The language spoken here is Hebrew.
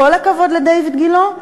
כל הכבוד לדיויד גילה.